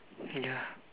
ya